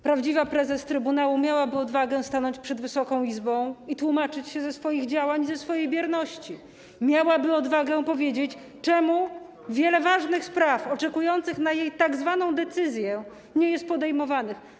Prawdziwa prezes trybunału miałaby odwagę stanąć przed Wysoką Izbą i tłumaczyć się ze swoich działań i ze swojej bierności, miałaby odwagę powiedzieć, czemu wiele ważnych spraw oczekujących na jej tzw. decyzję nie jest podejmowanych.